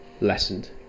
lessened